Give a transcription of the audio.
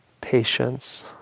patience